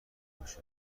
باشه